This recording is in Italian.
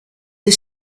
del